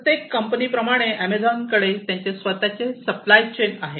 प्रत्येक कंपनी प्रमाणे एमेझॉन कडे त्यांचे स्वतःचे सप्लाय चेन आहे